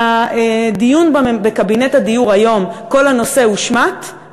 מהדיון בקבינט הדיור היום כל הנושא הושמט,